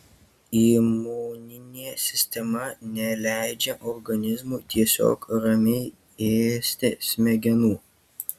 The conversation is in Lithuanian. imuninė sistema neleidžia organizmui tiesiog ramiai ėsti smegenų